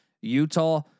Utah